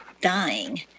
dying